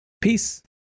Peace